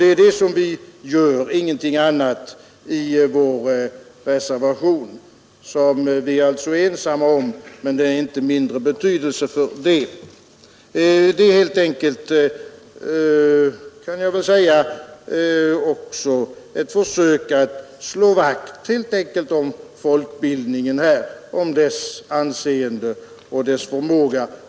Det är detta vi vill, ingenting annat, med vår reservation. Den är vi ensamma om, men den är inte mindre betydelsefull för det. Det är ett försök att slå vakt om folkbildningen, dess anseende och betydelse.